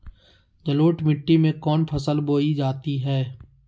जलोढ़ मिट्टी में कौन फसल बोई जाती हैं?